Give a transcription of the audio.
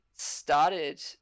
started